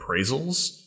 appraisals